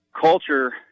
culture